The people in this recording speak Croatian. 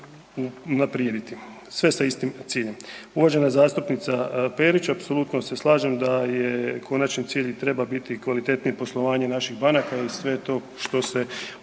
unaprijediti sve sa istim ciljem. Uvažena zastupnica Perić, apsolutno se slažem da je konačni cilj treba i biti kvalitetnije poslovanje naših banaka i sve to što se